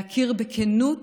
להכיר בכנות